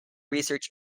research